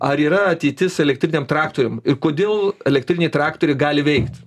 ar yra ateitis elektriniam traktoriam ir kodėl elektriniai traktoriai gali veikt